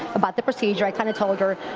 about the procedure. i kind of told her.